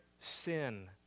sin